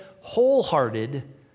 wholehearted